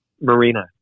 Marina